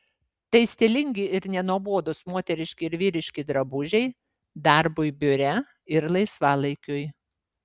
tai stilingi ir nenuobodūs moteriški ir vyriški drabužiai darbui biure ir laisvalaikiui